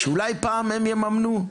שאולי פעם הם יממנו.